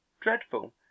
dreadful